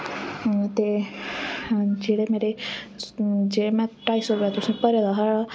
ते जेह्ड़े मेरे जेह्ड़ा में ढाई सौ रपेआ तुसें भरे दा हा